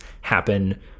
happen